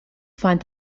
find